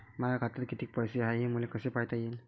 माया खात्यात कितीक पैसे हाय, हे मले कस पायता येईन?